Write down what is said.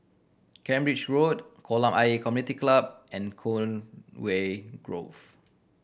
Cambridge Road Kolam Ayer Community Club and Conway Grove